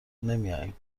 نمیایم